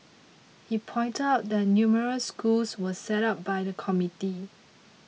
he pointed out that numerous schools were set up by the community